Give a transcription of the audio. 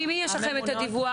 ממי יש לכם את הדיווח?